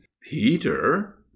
peter